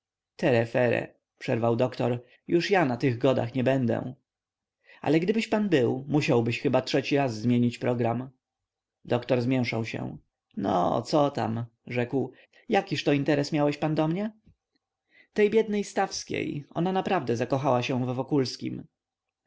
tere-fere przerwał doktor już ja na tych godach nie będę ale gdybyś pan był musiałbyś chyba trzeci raz zmienić program doktor zmięszał się no co tam rzekł jakiżto interes miałeś pan do mnie tej biednej stawskiej ona naprawdę zakochała się w wokulskim ehe